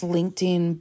LinkedIn